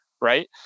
right